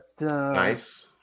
nice